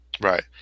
Right